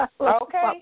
Okay